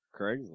Craigslist